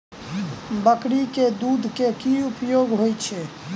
बकरी केँ दुध केँ की उपयोग होइ छै?